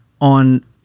on